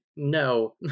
no